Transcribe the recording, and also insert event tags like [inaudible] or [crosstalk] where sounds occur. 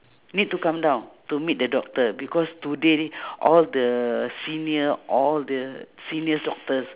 need to come down to meet the doctor because today [breath] all the senior all the seniors doctors